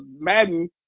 Madden